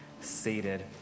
seated